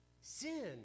sin